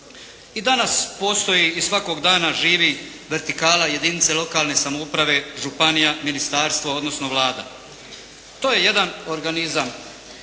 I danas postoji i svakog dana živi vertikala jedinice lokalne samouprave, županija, ministarstva odnosno Vlada. To je jedan organizam.